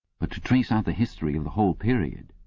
but to trace out the history of the whole period,